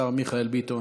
השר מיכאל ביטון.